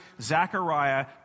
Zechariah